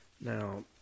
Now